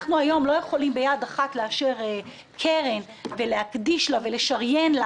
אנחנו היום לא יכולים לאשר ביד אחת קרן ולהקדיש לה ולשריין לה